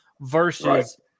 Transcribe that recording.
versus